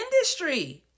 industry